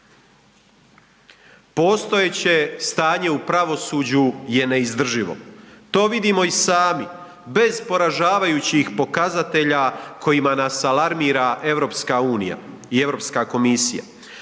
Postojeće stanje u pravosuđu je neizdrživo. To vidimo i sami bez poražavajući pokazatelja kojima nas alarmira EU i Europska komisija.